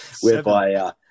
whereby